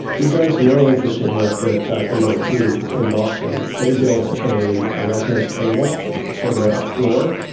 we've done some really interesting work with mit in boston. they built a a resonant table that's sort of ah a floor,